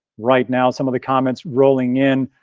right now some of the comments rolling in,